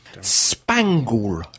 Spangle